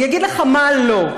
אני אגיד לך מה לא.